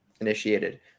initiated